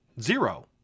Zero